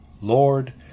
Lord